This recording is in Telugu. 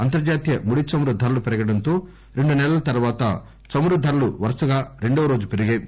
అంతర్లాతీయ ముడి చమురు ధరలు పెరడంతో రెండు నెలల తర్వాత చమురు ధరలు వరుసగా రెండవ రోజు పెరిగాయి